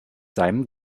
seinem